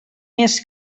més